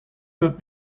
could